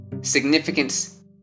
significance